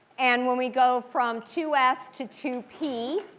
and when we go from two s to two p,